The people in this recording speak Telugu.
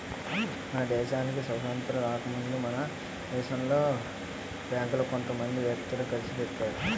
మన దేశానికి స్వాతంత్రం రాకముందే మన దేశంలో బేంకులు కొంత మంది వ్యక్తులు కలిసి పెట్టారు